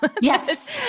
Yes